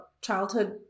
childhood